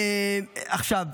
עכשיו,